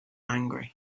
angry